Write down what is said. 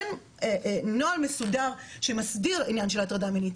אין נוהל מסודר שמסדיר עניין של הטרדה מינית,